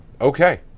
okay